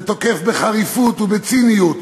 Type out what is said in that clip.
ותוקף בחריפות ובציניות,